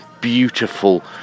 beautiful